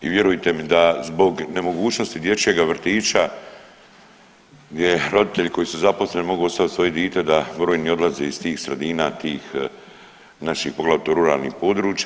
I vjerujte mi da zbog nemogućnosti dječjega vrtića gdje roditelji koji su zaposleni mogu ostaviti svoje dite da brojni odlaze iz tih sredina, tih naših poglavito ruralnih područja.